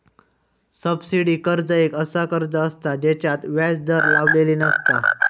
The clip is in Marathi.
सबसिडी कर्ज एक असा कर्ज असता जेच्यात व्याज दर लावलेली नसता